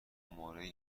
موردی